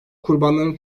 kurbanların